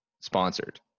sponsored